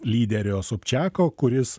lyderio sobčiako kuris